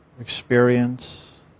Experience